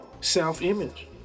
Self-image